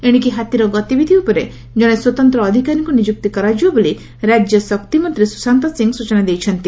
ଏଶିକି ହାତୀର ଗତିବିଧି ଉପରେ ଜଣେ ସ୍ୱତନ୍ତ ଅଧିକାରୀଙ୍କୁ ନିଯୁକ୍ତି କରାଯିବ ବୋଲି ରାଜ୍ୟ ଶକ୍ତିମନ୍ତୀ ସୁଶାନ୍ତ ସିଂହ ସୂଚନା ଦେଇଛନ୍ତି